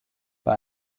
bei